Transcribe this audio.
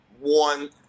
one